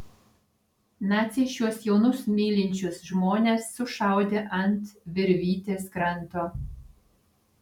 naciai šiuos jaunus mylinčius žmones sušaudė ant virvytės kranto